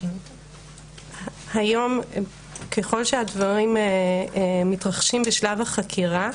היום, ככל שהדברים מתרחשים בשלב החקירה,